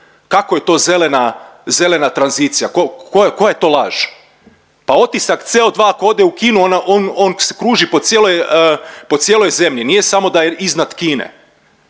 Kako je to zelena tranzicija? Koja je to laž? Pa otisak CO2 ako ode u Kinu on kruži po cijeloj zemlji, nije samo da je iznad Kine.